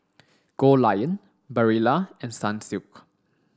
Goldlion Barilla and Sunsilk